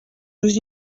nous